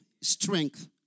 strength